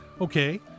Okay